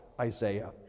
Isaiah